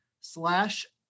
slash